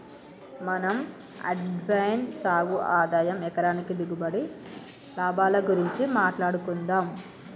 మనం అజ్వైన్ సాగు ఆదాయం ఎకరానికి దిగుబడి, లాభాల గురించి మాట్లాడుకుందం